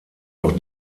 auch